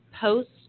Post